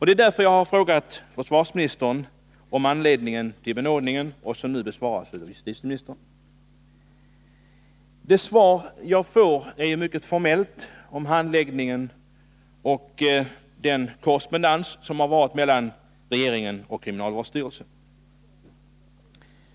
Det är därför som jag har ställt den fråga som gäller anledningen till benådningen och som nu har besvarats av justitieministern. Det svar som jag nu får om handläggningen är mycket formellt, och detsamma gäller även beträffande den korrespondens som har varit mellan regeringen och kriminalvårdsstyrelsen.